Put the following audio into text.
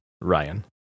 Ryan